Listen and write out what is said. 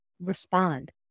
respond